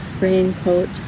raincoat